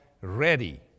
ready